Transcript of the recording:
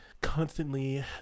constantly